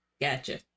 gotcha